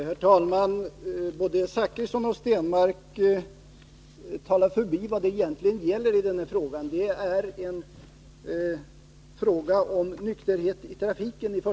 Herr talman! Både Bertil Zachrisson och Per Stenmarck talar förbi det som den här frågan egentligen gäller. Det är i första hand fråga om nykterhet i trafiken.